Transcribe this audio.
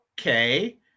Okay